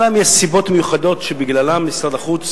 אלא אם יש סיבות מיוחדות שבגללן משרד החוץ